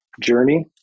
journey